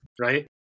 Right